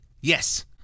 yes